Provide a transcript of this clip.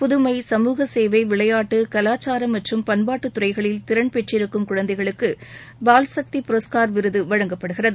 புதுமை சமூக சேவை விளையாட்டு கலாச்சாரம் மற்றும் பண்பாடு துறைகளில் திறன்பெற்றிருக்கும் குழந்தைகளுக்கு பால் சக்தி புரஸ்கார் விருது வழங்கப்படுகிறது